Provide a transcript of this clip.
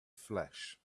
flesh